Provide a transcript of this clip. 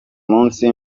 munsi